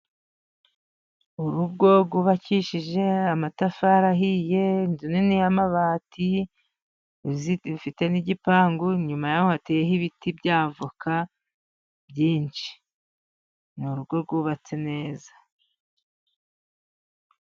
Urugo rwubakishije amatafari, ahiye inzu nini y'amabati ifite n'igipangu, inyuma yaho hateyeho ibiti by'avoka byinshi ni urugo rwubatse neza.